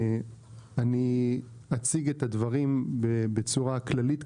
אני אציג את הדברים בצורה כללית.